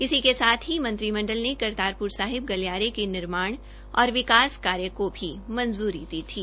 इसी के साथ ही मंत्रिमंडल ने करतारपुर साहिब गलियारें के निर्माण और विकास कार्य को भी मंजूरी दी थी